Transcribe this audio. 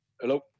Hello